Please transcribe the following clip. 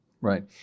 right